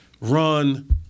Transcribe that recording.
run